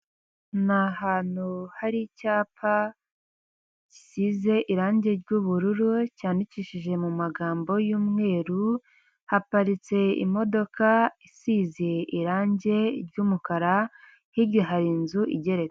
Ni ahantu hari icyapa gisize irangi ry’ubururu cyandikishije mu magambo y’ umweru. haparitse imodoka isize irangi ry’umukara hirya hari inzu igereka.